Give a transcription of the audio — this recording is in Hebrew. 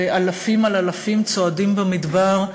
של אלפים על אלפים צועדים במדבר,